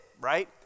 right